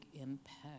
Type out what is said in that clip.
impact